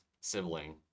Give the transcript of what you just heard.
sibling